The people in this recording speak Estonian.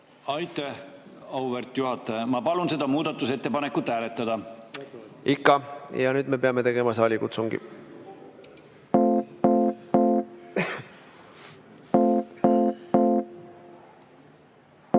Aitäh, auväärt juhataja! Ma palun seda muudatusettepanekut hääletada. Ikka! Ja nüüd me peame tegema saalikutsungi. Head